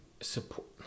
support